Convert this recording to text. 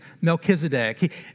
Melchizedek